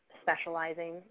specializing